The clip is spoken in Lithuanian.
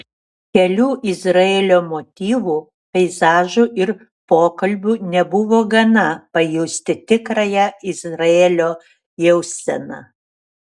kelių izraelio motyvų peizažų ir pokalbių nebuvo gana pajusti tikrąją izraelio jauseną